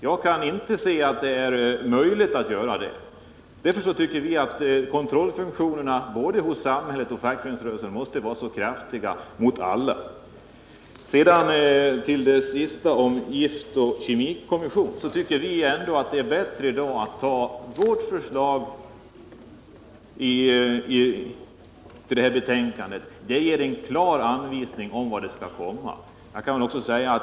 Jag kan inte finna att det är möjligt att göra det. Därför tycker vi att både samhällets och fackföreningsrörelsens kontrollfunktioner måste vara effektiva och gälla alla. När det gäller frågan om en giftoch kemikommission tycker vi att det i dag är bättre att anta vårt förslag. Det ger en klar anvisning om vad som skall komma.